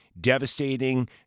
devastating